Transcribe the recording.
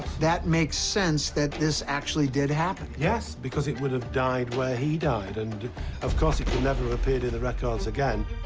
that makes sense that this actually did happen. yes, because it would've died where he died, and of course he could never appeared in the records again.